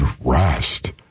rest